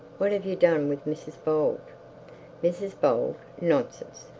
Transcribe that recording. what have you done with mrs bold mrs bold! nonsense.